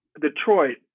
Detroit